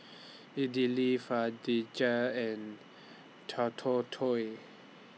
Idili and